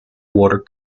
water